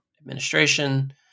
administration